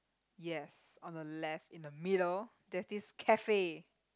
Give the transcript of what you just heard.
yes on the left in the middle there's this cafe